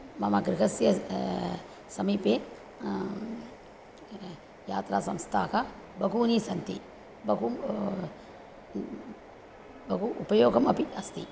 मम गृहस्य समीपे यात्रा संस्थाः बहूनि सन्ति बहु बहु उपयोगम् अपि अस्ति